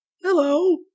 Hello